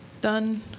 Done